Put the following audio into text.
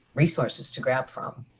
resources to grab from.